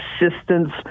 assistance